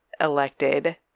elected